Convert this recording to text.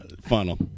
funnel